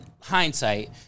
hindsight